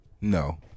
No